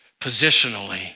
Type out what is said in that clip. Positionally